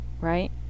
right